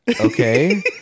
okay